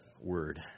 word